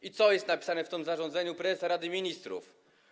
I co jest napisane w tym zarządzaniu prezesa Rady Ministrów?